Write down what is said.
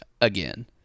again